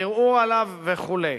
הערעור עליו וכו'.